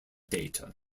data